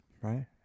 right